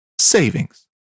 savings